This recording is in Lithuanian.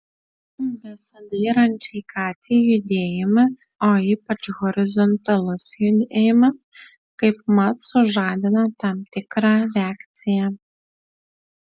besidairančiai katei judėjimas o ypač horizontalus judėjimas kaipmat sužadina tam tikrą reakciją